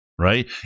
right